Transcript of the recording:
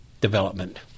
development